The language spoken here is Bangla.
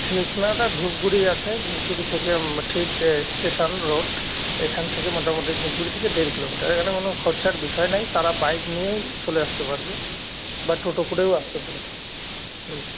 ঠিকানাটা ধূপগুড়ি আছে ধূপগুড়ি থেকে ঠিক এ স্টেশন রোড এখান থেকে মোটামুটি ধূপগুড়ি থেকে দেড় কিলোমিটার এখানে কোনো খরচার বিষয় নেই তারা বাইক নিয়েই চলে আসতে পারবে বা টোটো করেও আসতে পারে হুম